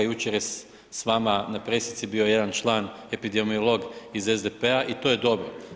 Jučer je s vama na presici bio jedan član, epidemiolog iz SDP-a i to je dobro.